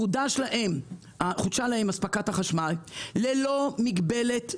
חודשה להם אספקת החשמל ללא מגבלת סכום.